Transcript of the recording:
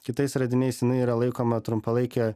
kitais radiniais jinai yra laikoma trumpalaike